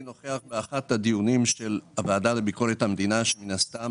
באחד הדיונים של הוועדה לביקורת המדינה שמן הסתם